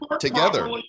together